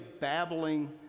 babbling